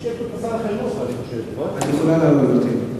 את יכולה לעלות, גברתי.